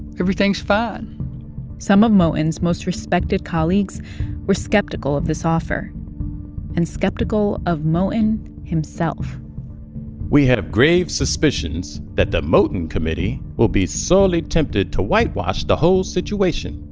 everything's fine some of moton's most respected colleagues were skeptical of this offer and skeptical of moton himself we have grave suspicions that the moton committee will be sorely tempted to whitewash the whole situation,